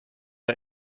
der